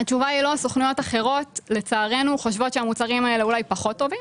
סוכנויות אחרות לצערנו חושבות שהמוצרים האלה אולי פחות טובים.